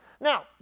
Now